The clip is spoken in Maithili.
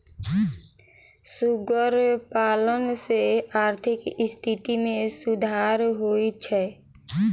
सुगर पालन सॅ आर्थिक स्थिति मे सुधार होइत छै